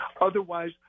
Otherwise